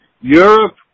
Europe